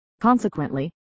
consequently